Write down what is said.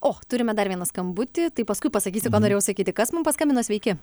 o turime dar vieną skambutį tai paskui pasakysiu ko norėjau sakyti kas mum paskambino sveiki